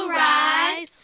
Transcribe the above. rise